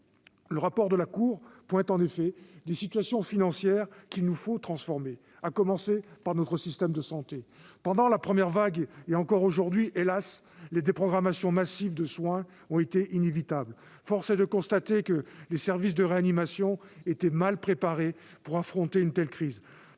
Le rapport de la Cour pointe en effet des situations financières qu'il nous faut transformer, à commencer par notre système de santé. Pendant la première vague, et encore aujourd'hui- hélas !-, les déprogrammations massives de soins ont été inévitables. Force est de constater que les services de réanimation étaient mal préparés pour affronter une telle crise.